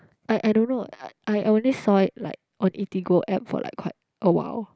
I I don't know I I only saw it like on Eatigo app for like quite a while